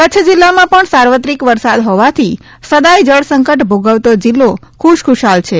કચ્છ જીલ્લામાં પણ સાર્વત્રિક વરસાદ હોવાથી સદાય જળસંકટ ભોગવતો જિલ્લો ખુશખુશાલ છે